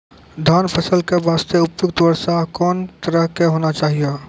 धान फसल के बास्ते उपयुक्त वर्षा कोन तरह के होना चाहियो?